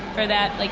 for that, like